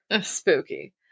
Spooky